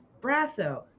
Brasso